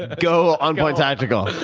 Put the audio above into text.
ah go um go ah tactical.